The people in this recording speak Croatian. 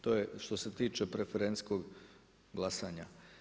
To je što se tiče preferencijskog glasanja.